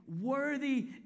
worthy